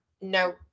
No